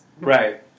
Right